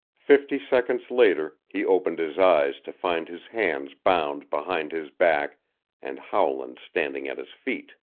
fifty seconds later he opened his eyes to find his hands bound behind his back and howland standing at his feet.